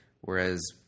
whereas